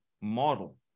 model